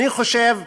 אני חושב,